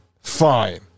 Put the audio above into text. Fine